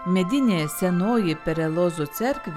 medinė senoji perelozų cerkvė